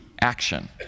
action